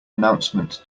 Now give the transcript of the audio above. announcement